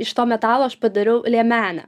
iš to metalo aš padariau liemenę